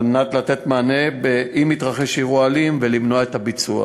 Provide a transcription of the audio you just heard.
על מנת לתת מענה אם יתרחש אירוע אלים ולמנוע את הביצוע,